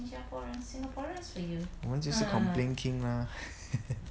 我们就是 complain king ah